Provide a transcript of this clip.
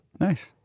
Nice